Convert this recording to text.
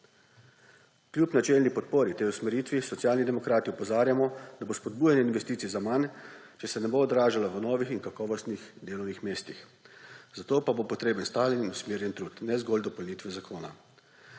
Kljub načelni podpori tej usmeritvi Socialni demokrati opozarjamo, da bo spodbujanje investicij zaman, če se ne bo odražalo v novih in kakovostnih delovnih mestih. Za to pa bo potreben stalen in usmerjen trud, ne zgolj dopolnitve zakona.